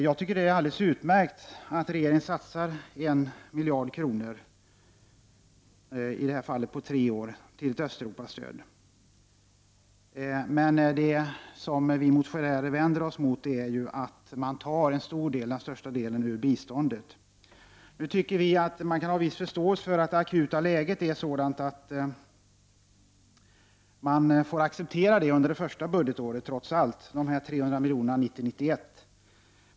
Jag tycker att det är alldeles utmärkt att regeringen satsar 1 miljard kronor, i det här fallet på tre år, till ett Östeuropastöd. Men det som vi motionärer vänder oss mot är att man tar den största delen av dessa pengar ur ulandsbiståndet. Vi kan ha viss förståelse för att det akuta läget är sådant att man trots allt får acceptera det vad beträffar de 300 miljonerna under det första budgetåret 1990/91.